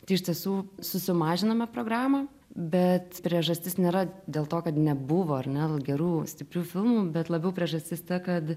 tai iš tiesų susimažinome programą bet priežastis nėra dėl to kad nebuvo ar ne nu gerų stiprių filmų bet labiau priežastis ta kad